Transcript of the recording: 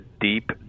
deep